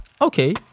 okay